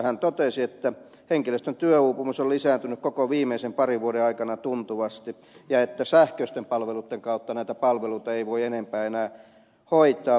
hän totesi että henkilöstön työuupumus on lisääntynyt viimeisten parin vuoden aikana tuntuvasti ja että sähköisten palveluitten kautta näitä palveluita ei voi enempää enää hoitaa